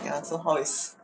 ya so how is